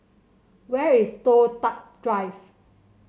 where is Toh Tuck Drive